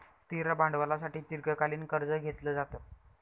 स्थिर भांडवलासाठी दीर्घकालीन कर्ज घेतलं जातं